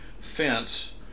fence